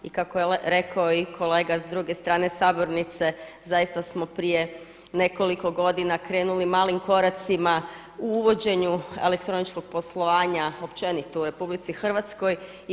I kako je rekao i kolega s druge strane sabornice zaista smo prije nekoliko godina krenuli malim koracima u uvođenju elektroničkog poslovanja općenito u Republici Hrvatskoj.